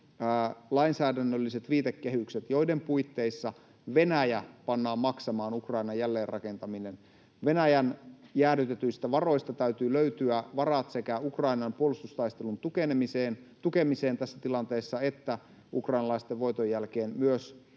lainsäädännölliset viitekehykset, joiden puitteissa Venäjä pannaan maksamaan Ukrainan jälleenrakentaminen. Venäjän jäädytetyistä varoista täytyy löytyä varat sekä Ukrainan puolustustaistelun tukemiseen tässä tilanteessa että ukrainalaisten voiton jälkeen myös